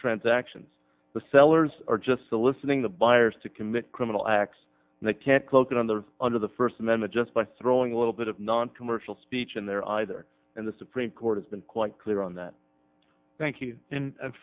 transactions the sellers are just soliciting the buyers to commit criminal acts and they can't cloak it on their under the first amendment just by throwing a little bit of noncommercial speech in there either in the supreme court has been quite clear on that thank you and